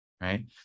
right